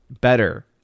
better